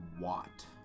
Watt